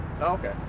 Okay